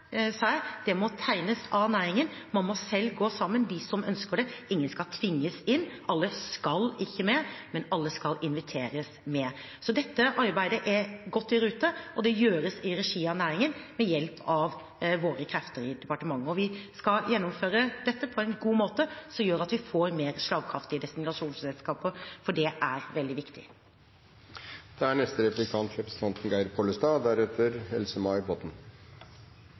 sa jeg – må tegnes av næringen. De som ønsker det, må selv gå sammen. Ingen skal tvinges inn. Alle skal ikke med, men alle skal inviteres med. Dette arbeidet er godt i rute, og det gjøres i regi av næringen, med hjelp av våre krefter i departementet. Vi skal gjennomføre dette på en god måte, som gjør at vi får mer slagkraftige destinasjonsselskaper. Det er veldig viktig. Det største og tydeligste grepet som denne regjeringen har tatt i reiselivspolitikken, er